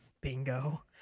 Bingo